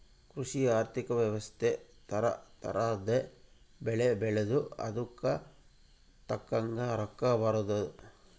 ಕೃಷಿ ಆರ್ಥಿಕ ವ್ಯವಸ್ತೆ ತರ ತರದ್ ಬೆಳೆ ಬೆಳ್ದು ಅದುಕ್ ತಕ್ಕಂಗ್ ರೊಕ್ಕ ಬರೋದು